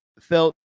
felt